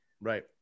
Right